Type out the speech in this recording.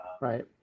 right